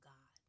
God